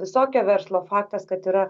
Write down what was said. visokio verslo faktas kad yra